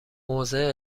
موضع